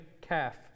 calf